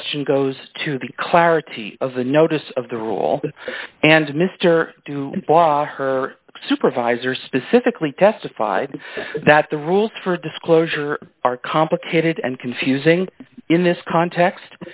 question goes to the clarity of the notice of the role and mr du bois her supervisor specifically testified that the rules for disclosure are complicated and confusing in this context